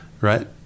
Right